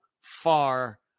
far